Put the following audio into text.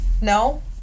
No